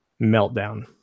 meltdown